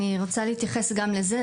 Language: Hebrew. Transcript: אי רוצה להתייחס גם לזה,